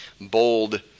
bold